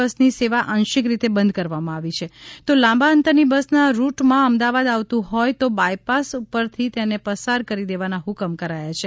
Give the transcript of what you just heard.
બસની સેવા આંશિક રીતે બંધ કરવામાં આવી છે તો લાંબા અંતર ની બસ ના રૂટમાં અમદાવાદ આવતું હોય તો બાય પાસ ઉપરથી તેને પસાર કરી દેવાના હ્કમ કરાયા છે